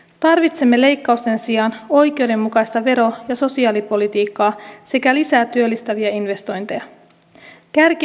tarvitsemme leikkausten sijaan oikeudenmukaista vero ja sosiaalipolitiikkaa sekä lisää työllistäviä investointeja